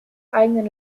eigenen